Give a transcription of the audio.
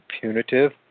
punitive